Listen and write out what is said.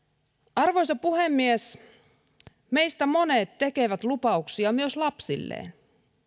arvoisa puhemies meistä monet tekevät lupauksia myös lapsilleen